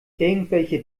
irgendwelche